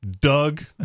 Doug